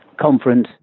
conference